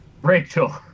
Rachel